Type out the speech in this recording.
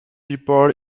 people